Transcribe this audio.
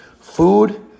food